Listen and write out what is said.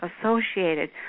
associated